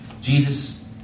Jesus